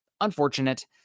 unfortunate